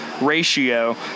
ratio